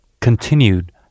continued